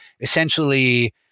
essentially